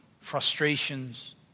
frustrations